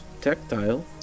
tactile